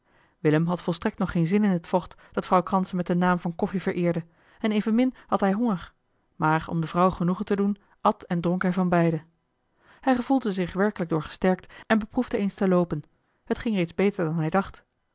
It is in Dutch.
willem had volstrekt nog geen zin in het vocht dat vrouw kranse met den naam van koffie vereerde en evenmin had hij honger maar om de vrouw genoegen te doen at en dronk hij van beide hij gevoelde zich er werkelijk door gesterkt en beproefde eens te loopen het ging reeds beter dan hij dacht